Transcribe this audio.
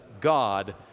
God